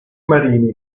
marini